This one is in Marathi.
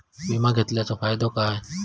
विमा घेतल्याचो फाईदो काय?